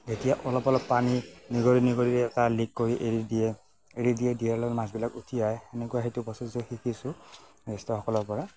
যেতিয়া অলপ অলপ পানী নিগৰি এটা লিক কৰি দিয়ে এৰি দিয়ে তেতিয়া মাছবিলাক উঠি আহে সেনেকুৱা সেইটো প্ৰচেছো শিকিছোঁ জ্যেষ্ঠসকলৰ পৰা